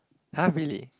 [huh] really